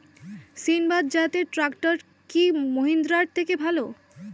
সিণবাদ জাতের ট্রাকটার কি মহিন্দ্রার থেকে ভালো?